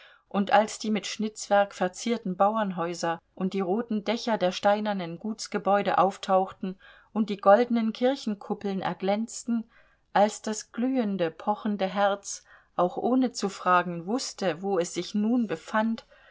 und als die mit schnitzwerk verzierten bauernhäuser und die roten dächer der steinernen gutsgebäude auftauchten und die goldenen kirchenkuppeln erglänzten als das glühend pochende herz auch ohne zu fragen wußte wo es sich nun befand